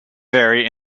vary